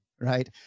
Right